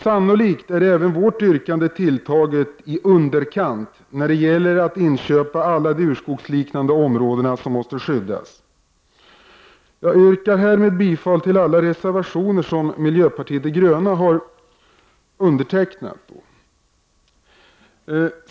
Sannolikt är även vårt yrkande tilltaget i underkant när det gäller att inköpa alla de urskogsliknande områden som måste skyddas. Jag yrkar härmed bifall till alla reservationer som miljöpartiet de gröna har undertecknat.